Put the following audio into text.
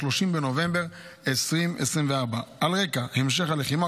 30 בנובמבר 2024. על רקע המשך הלחימה,